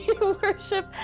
worship